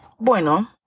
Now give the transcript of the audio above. Bueno